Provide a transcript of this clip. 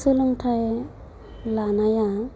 सोलोंथाइ लानाया